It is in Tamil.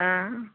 ஆ